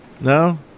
No